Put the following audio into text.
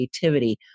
creativity